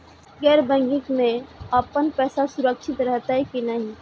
गैर बैकिंग में अपन पैसा सुरक्षित रहैत कि नहिं?